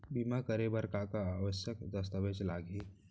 बीमा करे बर का का आवश्यक दस्तावेज लागही